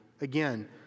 Again